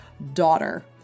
Daughter